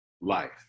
life